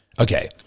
Okay